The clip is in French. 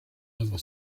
œuvre